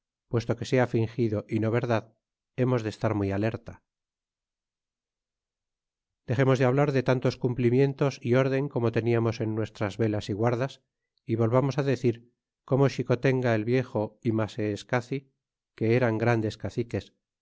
puesto que sea fingido y no verdad hemos de estar muy alerta dexemos de hablar de tantos cumplimientos é den como teniamos en nuestras velas y guardas y volvamos á decir como xicotenga el viejo y maseescaci que eran grandes caciques